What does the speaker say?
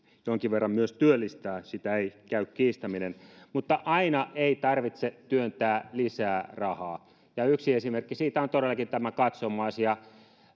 jonkin verran myös työllistää sitä ei käy kiistäminen mutta aina ei tarvitse työntää lisää rahaa ja ja yksi esimerkki siitä on todellakin tämä katsomoasia